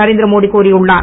நரேந்திர மோடி கூறியுள்ளார்